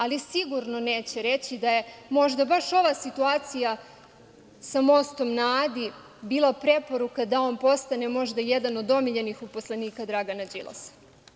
Ali, sigurno neće reći da je možda baš ova situacija sa Mostom na Adi bila preporuka da on postane možda jedan od omiljenih uposlenika Dragana Đilasa.